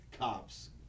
cops